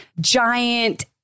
giant